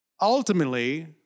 ultimately